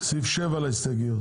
הצבעה לא אושר.